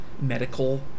medical